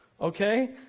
Okay